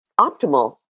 optimal